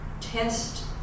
test